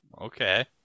Okay